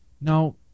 Now